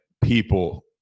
people